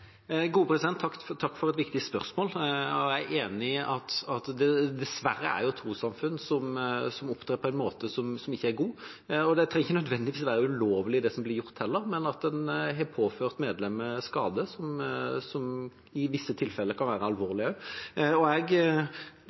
Takk for et viktig spørsmål. Jeg er enig i at det dessverre er trossamfunn som opptrer på en måte som ikke er god. Det trenger heller ikke nødvendigvis å være ulovlig det som blir gjort, men man har påført medlemmer skade, som i visse tilfeller kan være alvorlig. Før representanten selv sa det, hadde jeg